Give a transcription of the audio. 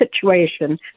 situation